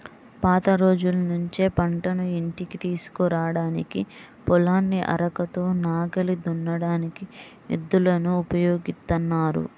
పాత రోజుల్నుంచే పంటను ఇంటికి తీసుకురాడానికి, పొలాన్ని అరకతో నాగలి దున్నడానికి ఎద్దులను ఉపయోగిత్తన్నారు